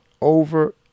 over